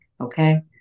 okay